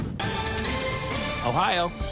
Ohio